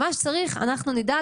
מה שצריך אנחנו נדאג.